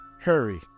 Hurry